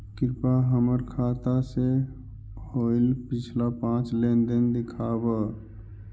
कृपा हमर खाता से होईल पिछला पाँच लेनदेन दिखाव